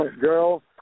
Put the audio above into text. Girl